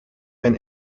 and